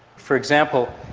for example,